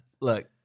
Look